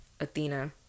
Athena